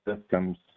systems